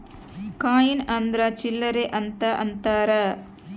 coin ಅಂದ್ರ ಚಿಲ್ಲರ್ ಅಂತ ಅಂತಾರ